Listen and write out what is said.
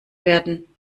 werden